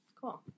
Cool